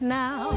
now